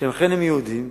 שאכן הם יהודים,